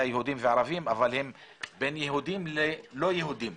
יהודים וערבים אלא בין יהודים ללא יהודים.